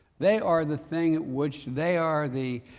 they are the thing which, they are the,